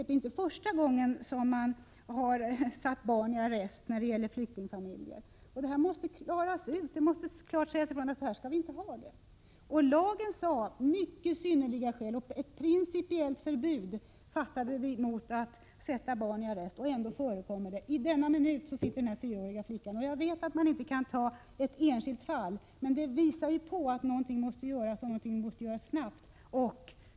Det är inte första gången som man har satt barn i arrest när det gäller flyktingfamiljer. Det måste klart sägas ifrån att vi inte skall ha det så här. Lagen talar om synnerliga skäl, och riksdagens beslut innebär ett principiellt förbud mot att sätta barn i arrest. Ändå förekommer det. I denna minut sitter den här fyraåriga flickan i förvar. Jag vet att vi inte här kan ta upp ett enskilt fall, men detta fall visar ju att något måste göras och att det måste göras snabbt.